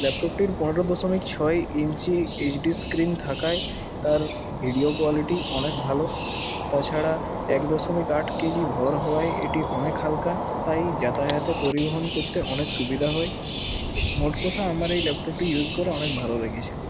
ল্যাপটপটির পনেরো দশমিক ছয় ইঞ্চি এইচ ডি স্ক্রিন থাকায় তার ভিডিও কোয়ালিটি অনেক ভালো তাছাড়া এক দশমিক আট কেজি ভর হওয়ায় এটি অনেক হালকা তাই যাতায়াত ও পরিবহন করতে অনেক সুবিধা হয় মোট কথা আমার এই ল্যাপটপটি ইউজ করে অনেক ভালো লেগেছে